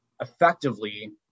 effectively